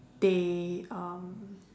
they um